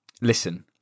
Listen